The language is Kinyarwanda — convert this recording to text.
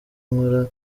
nkora